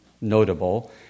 notable